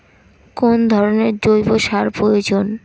কোন ধরণের জৈব সার প্রয়োজন?